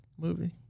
movie